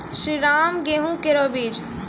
श्रीराम गेहूँ केरो बीज?